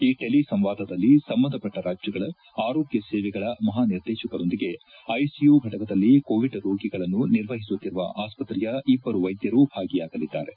ಈ ಟೆಲಿ ಸಂವಾದದಲ್ಲಿ ಸಂಬಂಧಪಟ್ಟ ರಾಜ್ಯಗಳ ಆರೋಗ್ಯ ಸೇವೆಗಳ ಮಹಾನಿರ್ದೇಶಕರೊಂದಿಗೆ ಐಸಿಯು ಫಟಕದಲ್ಲಿ ಕೋವಿಡ್ ರೋಗಿಗಳನ್ನು ನಿರ್ವಹಿಸುತ್ತಿರುವ ಆಸ್ತ್ರೆಯ ಇಬ್ಲರು ವೈದ್ಯರು ಭಾಗಿಯಾಗಲಿದ್ದಾರೆ